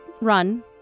run